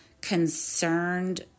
concerned